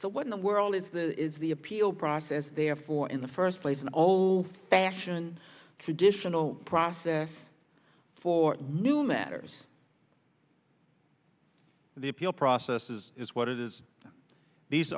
so what in the world is the is the appeal process therefore in the first place an old fashioned traditional process for new matters the appeal process is what it is these